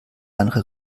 andere